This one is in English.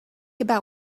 about